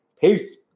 Peace